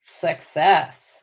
success